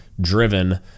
Driven